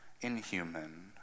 inhuman